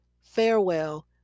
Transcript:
Farewell